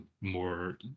more